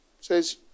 Says